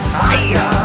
fire